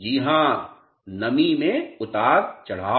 जी हां नमी में उतार चढ़ाव